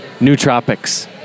Nootropics